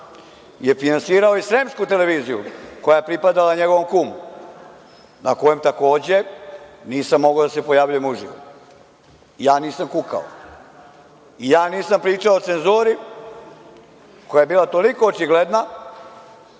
je finansirao i Sremsku televiziju, koja je pripadala njegovom kumu, na kojoj takođe nisam mogao da se pojavljujem uživo. Ja nisam kukao, nisam pričao o cenzuri, koja je bila toliko očigledna